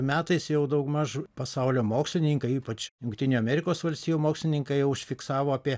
metais jau daugmaž pasaulio mokslininkai ypač jungtinių amerikos valstijų mokslininkai užfiksavo apie